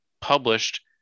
published